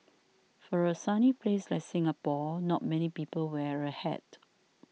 for a sunny place like Singapore not many people wear a hat